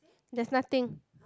there's nothing